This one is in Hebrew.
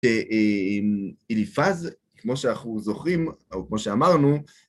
אממ.. אמ.. שאליפז, כמו שאנחנו זוכרים, או כמו שאמרנו..